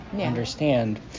understand